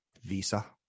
Visa